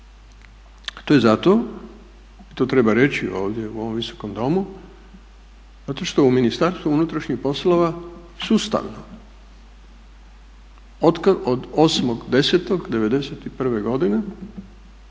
To je zato i to treba reći ovdje u ovom Visokom domu, zato što u Ministarstvu unutrašnjih poslova sustavno od 8.10.'91. godine,